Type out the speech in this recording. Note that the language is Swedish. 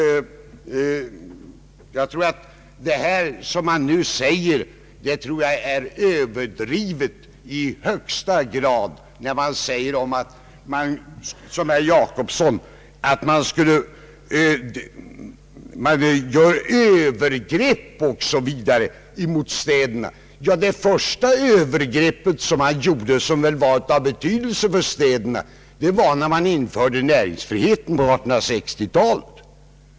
Jag tror att det som sagts är ganska överdrivet. Herr Jacobsson talade om att göra övergrepp emot städerna. Det första övergreppet av betydelse för städerna var väl när man införde näringsfriheten på 1860-talet.